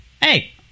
hey